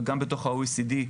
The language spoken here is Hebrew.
וגם בתוך ה-OECD,